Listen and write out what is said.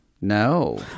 No